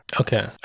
Okay